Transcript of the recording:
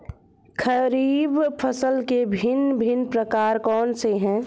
खरीब फसल के भिन भिन प्रकार कौन से हैं?